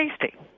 tasty